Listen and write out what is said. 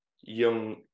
young